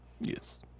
Yes